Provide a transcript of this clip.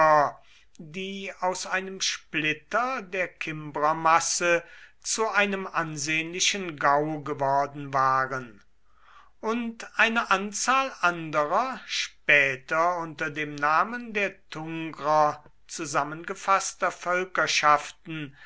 die aus einem splitter der kimbrermasse zu einem ansehnlichen gau geworden waren und eine anzahl anderer später unter dem namen der